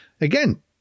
again